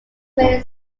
many